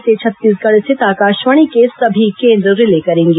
इसे छत्तीसगढ़ स्थित आकाशवाणी के सभी केंद्र रिले करेंगे